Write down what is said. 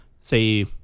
say